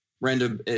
random